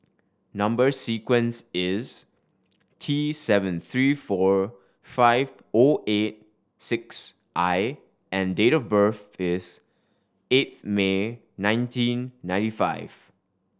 number sequence is T seven three four five O eight six I and date of birth is eighth May nineteen ninety five